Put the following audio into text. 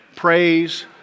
Praise